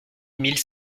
mille